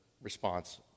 response